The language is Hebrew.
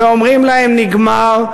ואומרים להם: נגמר,